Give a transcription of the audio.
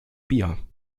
bier